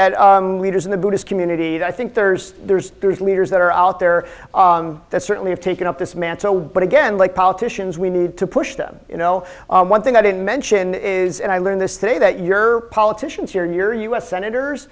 at leaders in the buddhist community that i think there's there's leaders that are out there that certainly have taken up this man so but again like politicians we need to push them you know one thing i didn't mention is and i learned this today that your politicians your your u s senators